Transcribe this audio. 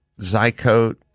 Zycoat